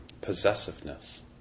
possessiveness